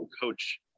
coach